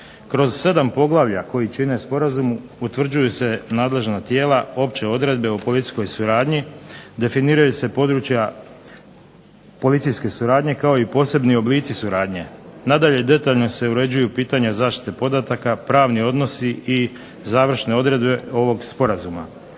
Kroz sedam poglavlja koji čine sporazum utvrđuju se nadležna tijela, opće odredbe o policijskoj suradnji, definiraju se područja policijske suradnje kao i posebni oblici suradnje. Nadalje, detaljno se uređuju pitanja zaštite podataka, pravni odnosi i završne odredbe ovog Sporazuma.